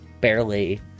barely